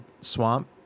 swamp